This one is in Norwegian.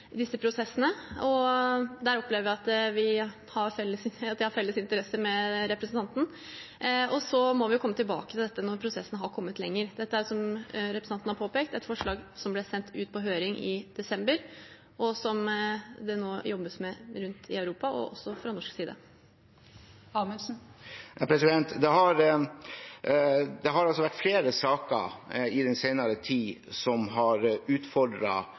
disse prosessene, og der opplever jeg at jeg har felles interesser med representanten. Vi må komme tilbake til dette når prosessen har kommet lenger. Dette er, som representanten har påpekt, et forslag som ble sendt ut på høring i desember, og som det nå jobbes med rundt i Europa, også fra norsk side. Det blir opna for oppfølgingsspørsmål – først Per-Willy Amundsen. Det har vært flere saker i den senere tid som har